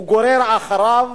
הוא גורר אחריו